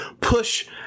push